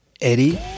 Eddie